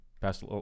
past